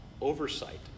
oversight